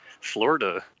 Florida